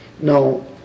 No